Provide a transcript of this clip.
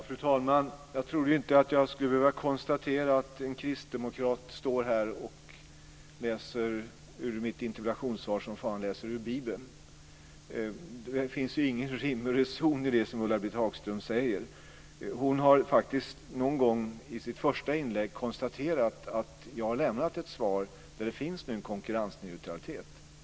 Fru talman! Jag trodde inte att jag skulle behöva konstatera att en kristdemokrat står här och läser ur mitt interpellationssvar som fan läser ur Bibeln. Det finns ju ingen rim och reson i det som Ulla-Britt Hagström säger! Hon har faktiskt någon gång i sitt första inlägg konstaterat att jag har lämnat ett svar och att det finns en konkurrensneutralitet.